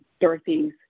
Dorothy's